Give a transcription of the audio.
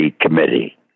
committee